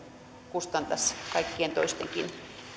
kustantaisi kaikkien toistenkin